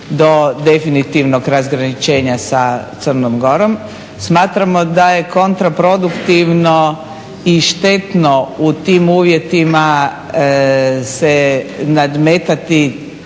do definitivnog razgraničenja sa Crnom Gorom. Smatramo da je kontraproduktivno i štetno u tim uvjetima se nadmetati